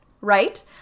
right